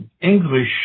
English